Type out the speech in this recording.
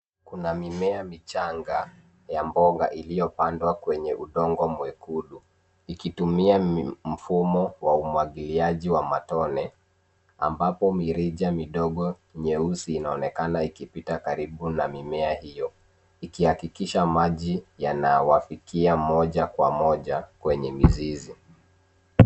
Kuna mimea michanga ya mboga iliyopandwa kwenye udongo mwekundu ikitumia mfumo wa umwagiliaji wa matone, ambapo mirija midogo mieusi inaonekana ikipita karibu na mimea hiyo, ikihakikisha maji yanawafikia moja kwa moja kwenye mizizi.